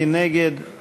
מי נגד?